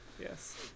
Yes